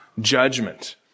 judgment